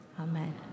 Amen